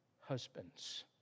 husbands